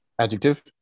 Adjective